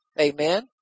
Amen